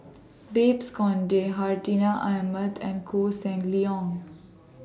Babes Conde Hartinah Ahmad and Koh Seng Leong